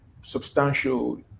substantial